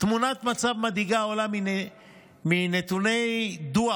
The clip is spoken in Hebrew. תמונת מצב מדאיגה עולה מנתוני דוח